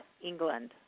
England